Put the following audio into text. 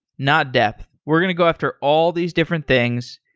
not death. we're going to go after all these different things.